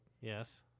Yes